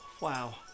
wow